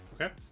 Okay